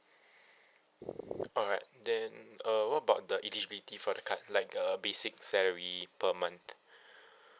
alright then uh what about the eligibility for the card like uh basic salary per month